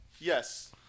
Yes